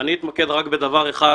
אני אתמקד רק בדבר אחד